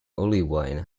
olivine